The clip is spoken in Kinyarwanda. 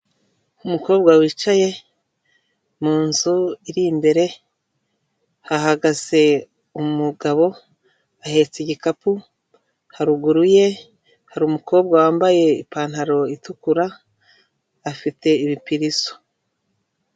Umukobwa wicaye, mu nzu iri imbere, hahagaze umugabo, ahetse igikapu. Haruguru ye hari umukobwa wambaye ipantaro itukura, afite ibipirizo.